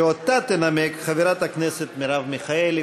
שאותה תנמק חברת הכנסת מרב מיכאלי.